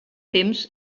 temps